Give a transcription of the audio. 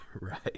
Right